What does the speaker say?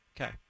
Okay